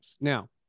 Now